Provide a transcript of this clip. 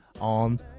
on